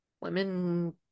women